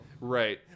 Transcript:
Right